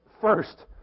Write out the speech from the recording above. first